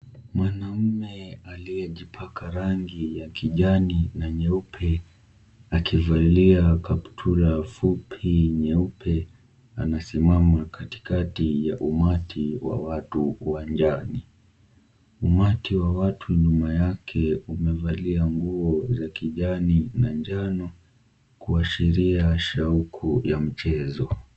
Mwanaume aliyejipaka rangi ya kijani na nyeupe akivalia kaptula fupi nyeupe anasimama katikati ya umati wa watu uwanjani, umati wa watu nyuma yake umevalia nguo za kijani na njano kuashiria shauku ya mchezo.